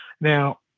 Now